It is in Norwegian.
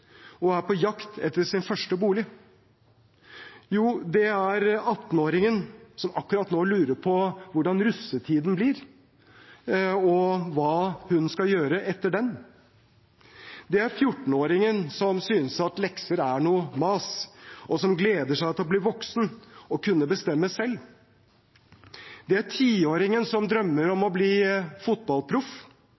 og er på jakt etter sin første bolig. Det er 18-åringen som akkurat nå lurer på hvordan russetiden blir, og hva hun skal gjøre etter den. Det er 14-åringen som synes at lekser er noe mas, og som gleder seg til å bli voksen og kunne bestemme selv. Det er 10-åringen som drømmer om